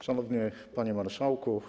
Szanowny Panie Marszałku!